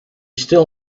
still